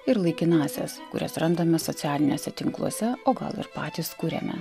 ir laikinąsias kurias randame socialiniuose tinkluose o gal ir patys kuriame